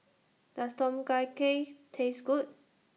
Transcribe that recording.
Does Tom Kha Gai Taste Good